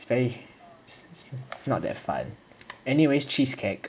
is not that fun anyways cheesecake